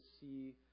see